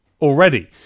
already